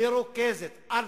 מרוכזת, ארצית,